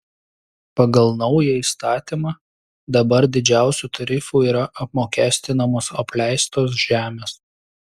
pagal naują įstatymą dabar didžiausiu tarifu yra apmokestinamos apleistos žemės